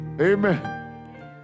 Amen